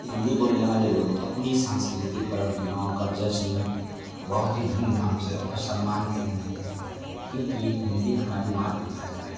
हिंदी बोलने वाले लोग अपनी सांस्कृतिक परम्पराओं का जश्न बहुत ही धूम धाम से और सम्मान से मनाते हैं क्योंकि हिंदी हमारी मातृ भाषा